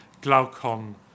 Glaucon